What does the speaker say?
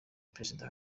perezida